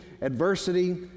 adversity